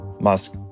musk